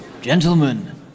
Gentlemen